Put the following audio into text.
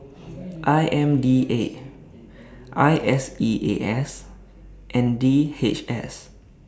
I M D A I S E A S and D H S